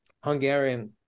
hungarian